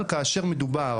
אבל כאשר מדובר